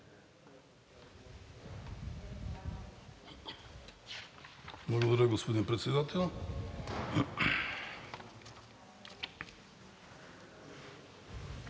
Благодаря, господин Председател.